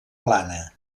plana